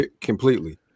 completely